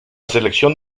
selección